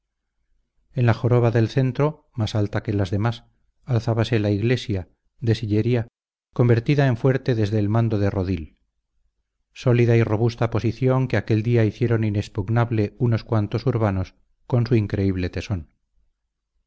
en la joroba del centro más alta que las demás alzábase la iglesia de sillería convertida en fuerte desde el mando de rodil sólida y robusta posición que aquel día hicieron inexpugnable unos cuantos urbanos con su increíble tesón